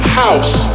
house